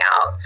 out